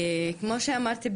כמו שאמרתי,